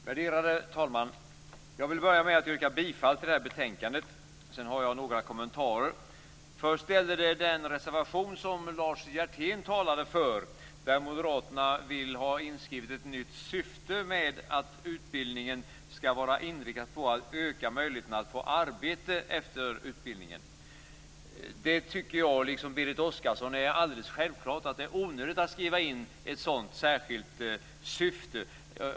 Värderade talman! Jag vill börja med att yrka bifall till utskottets hemställan i betänkandet. Sedan har jag några kommentarer. Det gäller först den reservation som Lars Hjertén talade för, där Moderaterna vill ha inskrivet ett nytt syfte som innebär att utbildningen skall vara inriktad på att öka möjligheterna att få arbete efter utbildningen. Det tycker jag, liksom Berit Oscarsson, är alldeles självklart. Det är onödigt att skriva in ett sådant särskilt syfte.